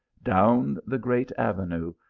down the great avenue,